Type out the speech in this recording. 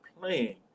playing